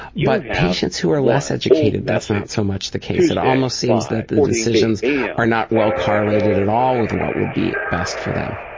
but patients who are less educated, that's not so much the case. it almost seems that the decisions are not well correlated at all with what would be best for them.